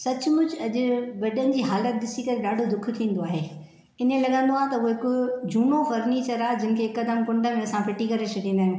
सचमुचि अॼु वॾनि जी हालति ॾिसी करे ॾाढो दुखु थींदो आहे हीअं लॻंदो आहे त हू हिकु झूनो फर्नीचर आहे जिन खे हिकदमि कुन्ड में असां फिटी करे छॾींदा आहियूं